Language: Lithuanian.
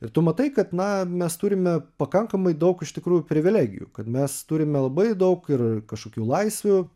ir tu matai kad na mes turime pakankamai daug iš tikrųjų privilegijų kad mes turime labai daug ir kažkokių laisvių